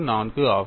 4 ஆகும்